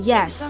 Yes